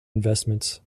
investments